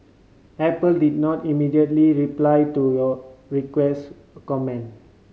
apple did not immediately reply to your request a comment